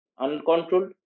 uncontrolled